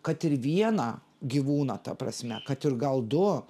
kad ir vieną gyvūną ta prasme kad ir gal du